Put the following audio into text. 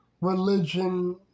religion